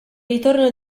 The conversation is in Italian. ritorno